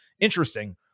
interesting